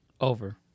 over